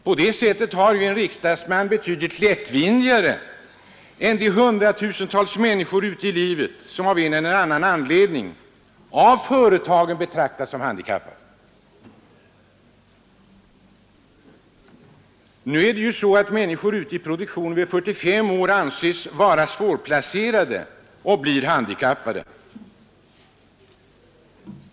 På det sättet har en riksdagsman det betydligt lättvindigare än de hundratusentals människor ute i livet som av en eller annan anledning av företagen betraktas som handikappade. Nu anses ju människor ute i produktionen vid 45 års ålder vara svårplacerade och blir således handikappade.